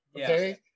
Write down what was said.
Okay